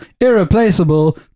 irreplaceable